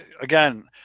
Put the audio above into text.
again